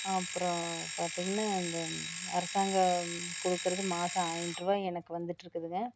அப்புறம் பார்த்திங்கன்னா இந்த அரசாங்கம் கொடுக்கறது மாதம் ஆயிர்ரூபா எனக்கு வந்துட்டு இருக்குதுங்க